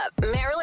Marilyn